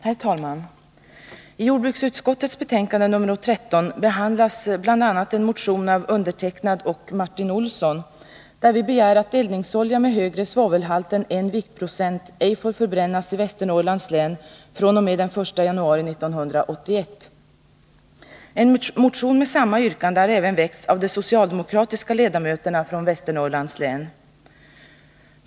Herr talman! I jordbruksutskottets betänkande nr 13 behandlas bl.a. en motion av Martin Olsson och mig, där vi begär att eldningsolja med högre svavelhalt än 1 viktprocent ej får förbrännas i Västernorrlands län fr.o.m. den 1 januari 1981. En motion med samma yrkande har även väckts av de socialdemokratiska ledamöterna från Västernorrlands län.